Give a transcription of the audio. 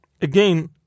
again